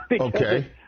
okay